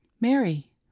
Mary